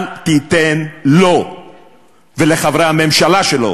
אל תיתן לו ולחברי הממשלה שלו